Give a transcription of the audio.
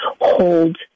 hold